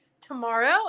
tomorrow